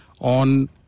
on